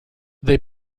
they